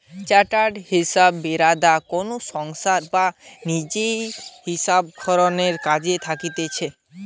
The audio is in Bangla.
চার্টার্ড হিসাববিদরা কোনো সংস্থায় বা লিজে হিসাবরক্ষণের কাজে থাকতিছে